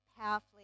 powerfully